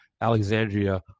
Alexandria